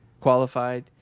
qualified